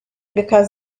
because